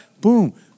boom